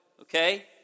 okay